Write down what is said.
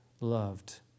loved